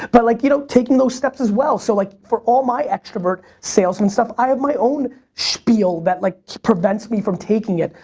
but like, you know, taking those steps as well so like for all my extrovert, salesman stuff i've my own spiel that like prevents me from taking it.